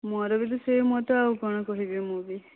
ମୋର ବି ତ ସେହି ମତ ଆଉ କ'ଣ କହିବି ମୁଁ ବି